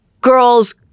girls